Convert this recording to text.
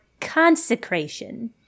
consecration